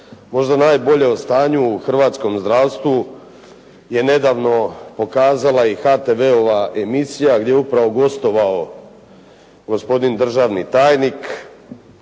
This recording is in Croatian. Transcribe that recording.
Možda najbolje o stanju u hrvatskom zdravstvu je nedavno pokazala i HTV-ova emisija gdje je upravo gostovao gospodin državni tajnik.